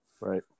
Right